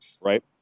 right